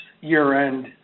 year-end